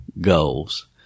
goals